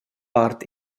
part